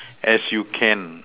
as you can